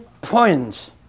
points